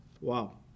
Wow